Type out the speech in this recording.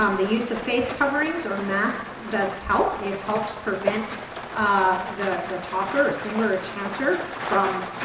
um the use of face coverings or masks does help. it helps prevent the the talker, or singer, or chanter from